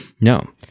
No